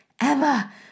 Emma